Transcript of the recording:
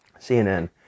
CNN